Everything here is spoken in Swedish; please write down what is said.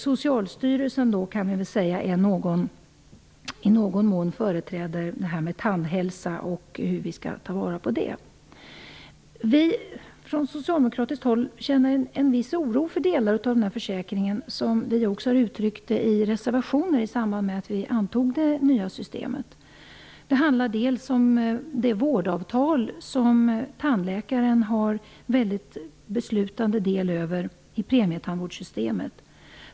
Socialstyrelsen företräder i någon mån tandhälsan. Från socialdemokratiskt håll känner vi en viss oro inför delar av den här försäkringen, vilket vi också har uttryckt i reservationer i samband med att det nya systemet antogs. Det handlar om det vårdavtal som tandläkaren har stor beslutande makt över i premietandvårdssystemet.